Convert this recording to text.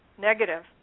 negative